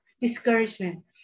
discouragement